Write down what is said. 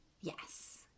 Yes